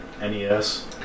NES